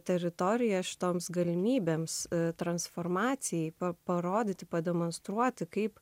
teritorija šitoms galimybėms transformacijai parodyti pademonstruoti kaip